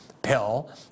pill